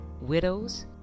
widows